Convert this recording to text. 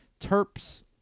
Terps